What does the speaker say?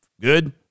good